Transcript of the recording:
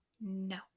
No